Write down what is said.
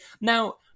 now